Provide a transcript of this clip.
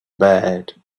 bad